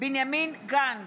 בנימין גנץ,